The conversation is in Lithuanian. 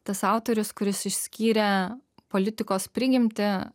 tas autorius kuris išskyrė politikos prigimtį